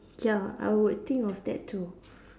ya I would think of that too